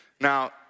Now